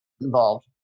involved